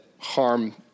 harm